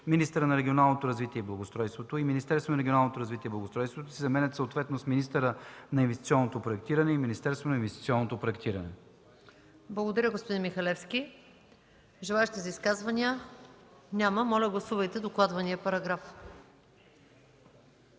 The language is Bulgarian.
„министъра на регионалното развитие и благоустройството” и „Министерството на регионалното развитие и благоустройството” се заменят съответно с „министъра на инвестиционното проектиране” и „Министерството на инвестиционното проектиране”.” ПРЕДСЕДАТЕЛ МАЯ МАНОЛОВА: Други желаещи за изказвания? Няма. Моля, гласувайте докладвания параграф.